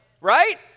right